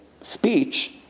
speech